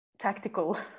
tactical